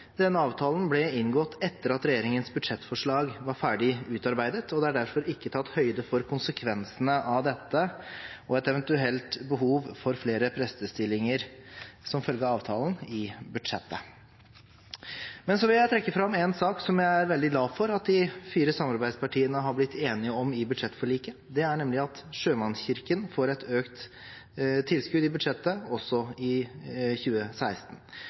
avtalen ble inngått etter at regjeringens budsjettforslag var ferdig utarbeidet, og det er derfor ikke tatt høyde for konsekvensene av dette og et eventuelt behov for flere prestestillinger som følge av avtalen i budsjettet. Men så vil jeg trekke fram en sak som jeg er veldig glad for at de fire samarbeidspartiene har blitt enige om i budsjettforliket. Det er at Sjømannskirken får et økt tilskudd i budsjettet også i 2016.